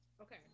Okay